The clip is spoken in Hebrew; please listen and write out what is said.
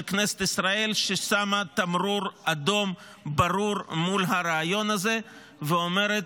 כנסת ישראל ששמה תמרור אדום ברור מול הרעיון הזה ואומרת: